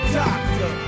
doctor